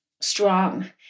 strong